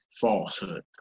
falsehood